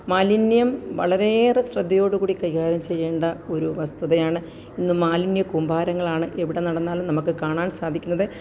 മാലിന്യം വളരെയേറെ ശ്രദ്ധയോടു കൂടി കൈകാര്യം ചെയ്യേണ്ട ഒരു വസ്തുതയാണ് ഇന്ന് മാലിന്യ കൂമ്പാരങ്ങളാണ് എവിടെ നടന്നാലും നമുക്ക് കാണാന് സാധിക്കുന്നത്